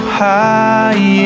high